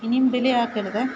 ഇനിയും ഡിലെ ആക്കരുത്